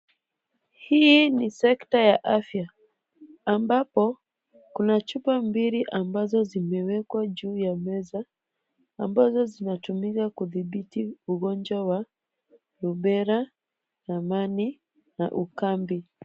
Hii ni sekta ya afya ambapo kuna chupa mbili ambazo zimewekwa juu ya meza ambazo zinatumika kudhibiti ugonjwa wa rubella, ramani na ukambi.